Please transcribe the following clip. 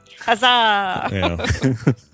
Huzzah